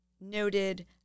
noted